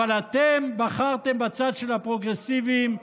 אבל אתם בחרתם בצד של הפרוגרסיביים,